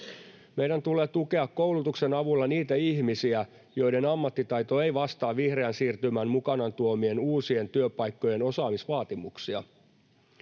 Meidän tulee tukea koulutuksen avulla niitä ihmisiä, joiden ammattitaito ei vastaa vihreän siirtymän mukanaan tuomien uusien työpaikkojen osaamisvaatimuksia.